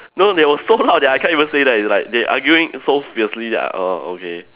no they were so loud that I can't even say that it's like they arguing so fiercely that err okay